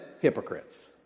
hypocrites